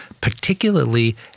particularly